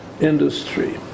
industry